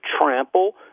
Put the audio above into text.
trample